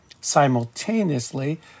Simultaneously